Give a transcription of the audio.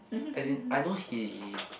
as in I know he